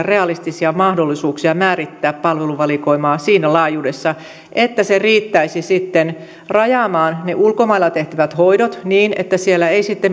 realistisia mahdollisuuksia määrittää palveluvalikoimaa siinä laajuudessa että se riittäisi sitten rajaamaan ne ulkomailla tehtävät hoidot niin että siellä ei